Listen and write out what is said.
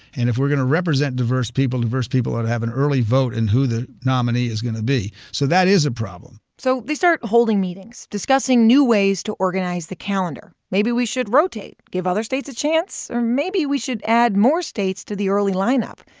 and if we're going to represent diverse people, diverse people ought to have an early vote in who the nominee is going to be. so that is a problem so they start holding meetings, discussing new ways to organize the calendar. maybe we should rotate, give other states a chance, or maybe we should add more states to the early lineup.